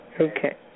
Okay